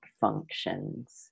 functions